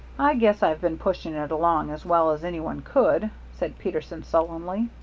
i guess i've been pushing it along as well as any one could, said peterson, sullenly.